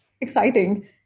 exciting